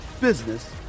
business